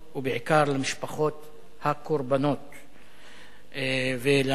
ובעיקר למשפחות הקורבנות ולמומחים.